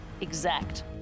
exact